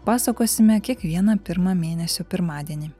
pasakosime kiekvieną pirmą mėnesio pirmadienį